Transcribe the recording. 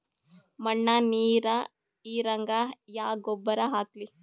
ಮಣ್ಣ ನೀರ ಹೀರಂಗ ಯಾ ಗೊಬ್ಬರ ಹಾಕ್ಲಿ?